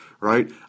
right